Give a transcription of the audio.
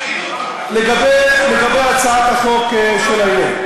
לגבי הצעת החוק של היום,